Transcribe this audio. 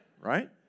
Right